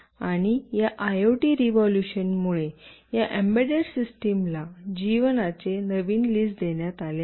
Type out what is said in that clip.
आणि या IoT revolution मुळे या एम्बेडेड सिस्टम ला जीवनाचे नवीन लीज देण्यात आले आहे